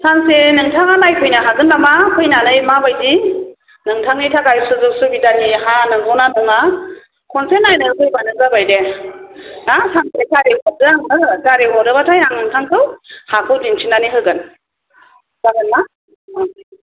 सानसे नोंथाङा नायफैनो हागोन नामा फैनानै माबायदि नोंथांनि थाखाय सुबिदानि हा नंगौना नङा खनसे नायनो फैब्लानो जाबायदे दा सानसे गारि हरदों हो गारि हरोब्लाथाय आं नोंथांखौ हाखौ दिन्थिनानै होगोन जागोनना